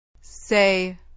Say